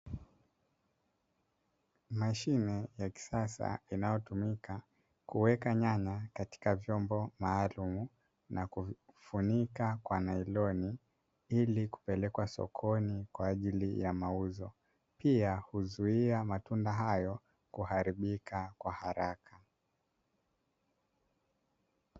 Mashine ya kisasa inayotumika kuweka nyanya katika vyombo maalum na kuvifunika kwa nailoni, hutumika kuandaa nyanya hizo kwa ajili ya kusafirishwa hadi sokoni kwa mauzo. Pia, mashine hii husaidia kuzuia matunda hayo kuharibika haraka.